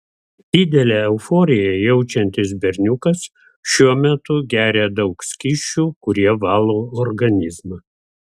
didelę euforiją jaučiantis berniukas šiuo metu geria daug skysčių kurie valo organizmą